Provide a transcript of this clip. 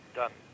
done